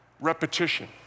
repetition